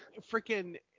freaking